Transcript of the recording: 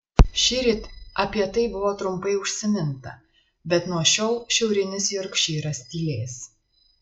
šįryt apie tai buvo trumpai užsiminta bet nuo šiol šiaurinis jorkšyras tylės